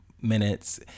minutes